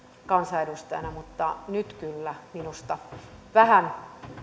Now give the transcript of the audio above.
kansanedustajana mutta nyt kyllä vähän